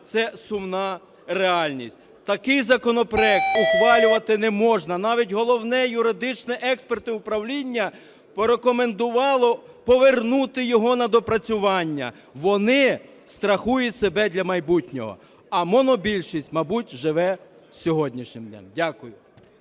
це сумна реальність. Такий законопроект ухвалювати не можна. Навіть Головне юридичне експертне управління порекомендувало повернути його на доопрацювання. Вони страхують себе для майбутнього. А монобільшість, мабуть, живе сьогоднішнім днем. Дякую.